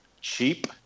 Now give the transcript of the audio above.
cheap